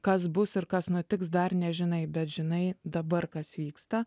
kas bus ir kas nutiks dar nežinai bet žinai dabar kas vyksta